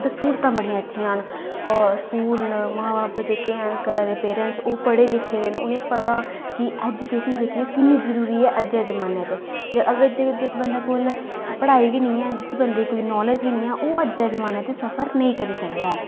उत्थे स्हूलतां बड़ियां अच्छियां न ओह् स्कूल न मां बब्ब जेह्के है'न करा दे पेरैंटस न ओह् पढ़े लिखे दे न उ'नेंई पता की एजूकेशन जेह्की ऐ कि'न्नी जरूरी ऐ अज्जै जमानै च अगर जिस बंदे कोल पढ़ाई गै नेईं ऐ जिस गी बंदे कोई नॉलेज निं ऐ ओह् अज्जै दे जमानै च सफर नेईं करी सकदा ऐ